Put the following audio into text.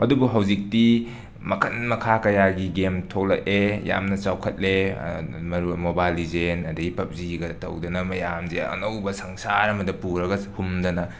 ꯑꯗꯨꯕꯨ ꯍꯧꯖꯤꯛꯇꯤ ꯃꯈꯟ ꯃꯈꯥ ꯀꯌꯥꯒꯤ ꯒꯦꯝ ꯊꯣꯛꯂꯛꯑꯦ ꯌꯥꯝꯅ ꯆꯥꯎꯈꯠꯂꯦ ꯃꯔꯨ ꯃꯣꯕꯥꯏꯜ ꯂꯤꯖꯦꯟ ꯑꯗꯩ ꯄꯕꯖꯤꯒ ꯇꯧꯗꯅ ꯃꯌꯥꯝꯁꯦ ꯑꯅꯧꯕ ꯁꯪꯁꯥꯔ ꯑꯃꯗ ꯄꯨꯒ꯭ꯔꯒ ꯍꯨꯝꯗꯅ